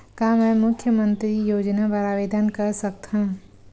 का मैं मुख्यमंतरी योजना बर आवेदन कर सकथव?